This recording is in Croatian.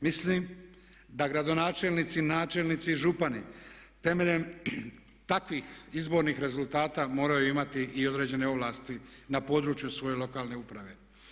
Mislim da gradonačelnici, načelnici i župani temeljem takvih izbornih rezultata moraju imati i određene ovlasti na području svoje lokalne uprave.